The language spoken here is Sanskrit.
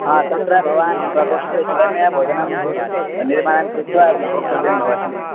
आ तत्र भवान् प्रकोष्ठे स्वयमेव भोजनं निर्माणं कृत्वा भोक्तव्यं भवति